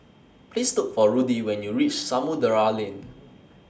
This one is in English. Please Look For Rudy when YOU REACH Samudera Lane